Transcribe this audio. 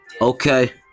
Okay